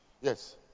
Yes